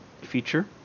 feature